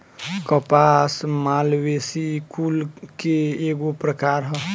कपास मालवेसी कुल के एगो प्रकार ह